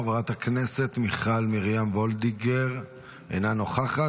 חברת הכנסת מיכל מרים וולדיגר, אינה נוכחת.